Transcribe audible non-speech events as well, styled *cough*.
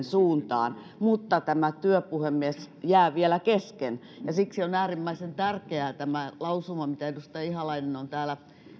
*unintelligible* suuntaan mutta tämä työ puhemies jää vielä kesken siksi on äärimmäisen tärkeä tämä lausuma minkä edustaja ihalainen on täällä